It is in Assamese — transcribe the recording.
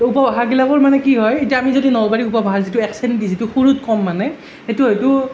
উপভাষাগিলাকৰ মানে কি হয় এতিয়া আমি যদি নলবাৰীৰ উপভাষা যিটো একচেনদি যিটো সুৰত কওঁ মানে সেইটো হয়টো